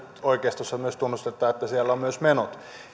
oikeistossa myös tunnustetaan että siellä on myös menot